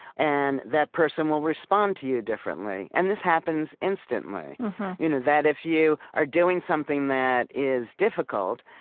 and that person will respond to you differently and this happens instantly you know that if you are doing something that is difficult,